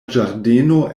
ĝardeno